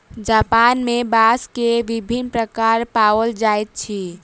Japan में बांस के विभिन्न प्रकार पाओल जाइत अछि